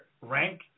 rank